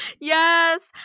yes